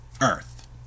Earth